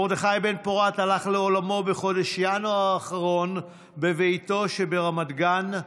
מרדכי בן-פורת הלך לעולמו בחודש ינואר האחרון בביתו שברמת גן.